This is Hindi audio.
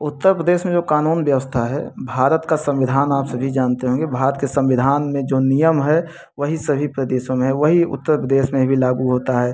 उत्तर प्रदेश में जो कानून व्यवस्था है भारत का संविधान आप सभी जानते होंगे भारत के संविधान में जो नियम है वही सभी प्रदेशों में है वही उत्तर प्रदेश में भी लागू होता है